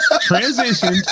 Transition